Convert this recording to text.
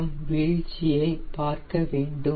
M வீழ்ச்சியை பார்க்க வேண்டும்